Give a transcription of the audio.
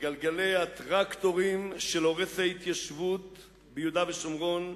וגלגלי הטרקטורים של הורס ההתיישבות ביהודה ושומרון,